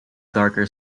darker